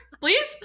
Please